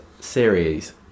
series